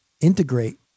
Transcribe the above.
integrate